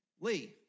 Lee